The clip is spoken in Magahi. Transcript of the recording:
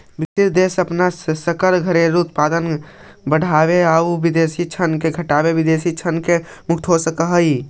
विकासशील देश अपन सकल घरेलू उत्पाद बढ़ाके आउ विदेशी ऋण घटाके विदेशी ऋण से मुक्त हो सकऽ हइ